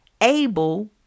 able